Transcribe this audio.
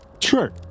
sure